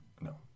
No